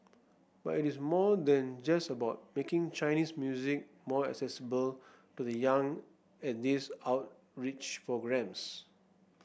but it is more than just about making Chinese music more accessible to the young at these outreach programmes